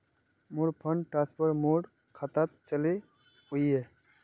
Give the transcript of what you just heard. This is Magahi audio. मोर फंड ट्रांसफर मोर खातात चले वहिये